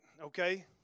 okay